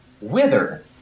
whither